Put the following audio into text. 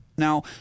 Now